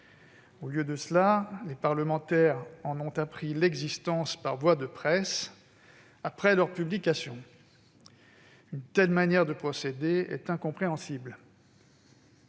Au lieu de cela, les parlementaires en ont appris l'existence par voie de presse, après leur publication. Une telle manière de procéder est incompréhensible.